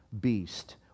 beast